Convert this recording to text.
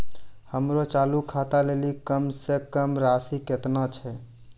हमरो चालू खाता लेली कम से कम राशि केतना छै?